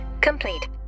complete